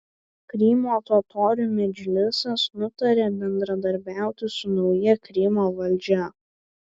krymo totorių medžlisas nutarė bendradarbiauti su nauja krymo valdžia